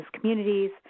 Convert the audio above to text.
communities